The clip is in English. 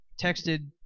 texted